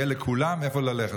יהיה לכולם לאיפה ללכת,